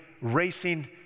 racing